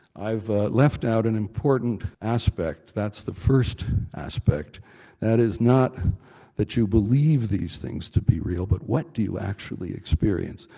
i've left out an important aspect, that's the first aspect that is not that you believe these things to be real but what do you actually experience?